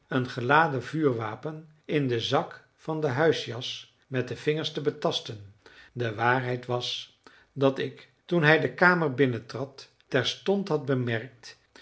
een geladen vuurwapen in den zak van de huisjas met de vingers te betasten de waarheid was dat ik toen hij de kamer binnentrad terstond had bemerkt